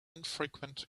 infrequent